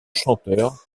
chanteur